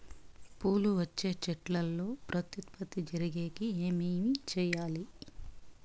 పూలు వచ్చే చెట్లల్లో ప్రత్యుత్పత్తి జరిగేకి ఏమి చేయాలి?